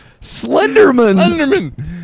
Slenderman